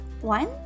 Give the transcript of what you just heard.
One